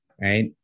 right